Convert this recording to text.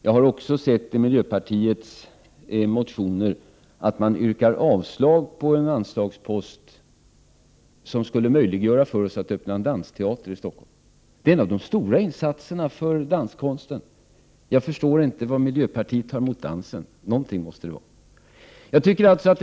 Jag har också sett att miljöpartiet i motioner yrkar avslag på en anslagspost som skulle möjliggöra att en dansteater öppnas i Stockholm. Detta är en av de stora insatserna för danskonsten. Jag förstår inte vad miljöpartiet har mot dansen, men någonting måste det vara.